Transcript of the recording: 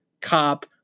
cop